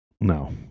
No